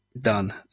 done